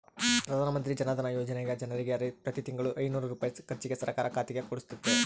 ಪ್ರಧಾನಮಂತ್ರಿ ಜನಧನ ಯೋಜನೆಗ ಜನರಿಗೆ ಪ್ರತಿ ತಿಂಗಳು ಐನೂರು ರೂಪಾಯಿ ಖರ್ಚಿಗೆ ಸರ್ಕಾರ ಖಾತೆಗೆ ಕೊಡುತ್ತತೆ